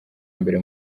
mbere